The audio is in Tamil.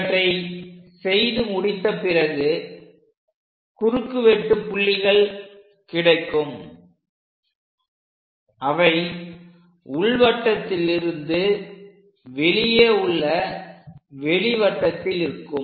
இவற்றை செய்து முடித்த பிறகு குறுக்குவெட்டு புள்ளிகள் கிடைக்கும் அவை உள்வட்டத்தில் இருந்து வெளியே உள்ள வெளி வட்டத்தில் இருக்கும்